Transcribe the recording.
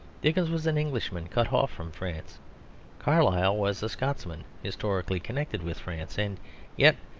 dickens was an englishman cut off from france carlyle was a scotsman, historically connected with france. and yet,